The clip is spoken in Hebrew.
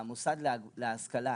המוסד להשכלה,